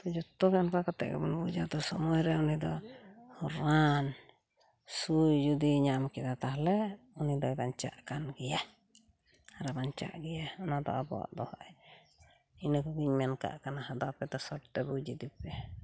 ᱛᱚ ᱡᱚᱛᱚᱜᱮ ᱚᱱᱠᱟ ᱠᱟᱛᱮᱫ ᱜᱮᱵᱚᱱ ᱵᱩᱡᱟ ᱛᱚ ᱥᱩᱢᱟᱹᱭ ᱨᱮ ᱩᱱᱤᱫᱚ ᱨᱟᱱ ᱥᱩᱭ ᱡᱩᱫᱤᱭ ᱧᱟᱢ ᱠᱮᱫᱟ ᱛᱟᱦᱚᱞᱮ ᱩᱱᱤᱫᱚᱭ ᱵᱟᱧᱪᱟᱜ ᱠᱟᱱ ᱜᱮᱭᱟ ᱟᱨᱮ ᱵᱟᱧᱪᱟᱜ ᱜᱮᱭᱟ ᱚᱱᱟᱫᱚ ᱟᱵᱚᱣᱟᱜ ᱫᱚ ᱤᱱᱟᱹ ᱠᱚᱜᱮᱧ ᱢᱮᱱᱠᱟᱜ ᱠᱟᱱᱟ ᱟᱫᱚ ᱟᱯᱮᱫᱚ ᱥᱚᱴᱛᱮ ᱵᱩᱡᱽ ᱤᱫᱤᱯᱮ